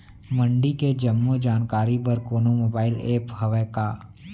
मंडी के जम्मो जानकारी बर कोनो मोबाइल ऐप्प हवय का?